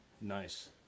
Nice